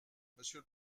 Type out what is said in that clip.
monsieur